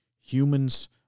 Humans